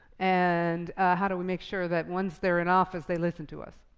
and how do we make sure that once they're in office, they listen to us?